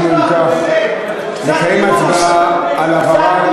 אנחנו אם כך נקיים הצבעה על העברה,